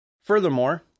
Furthermore